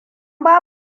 ba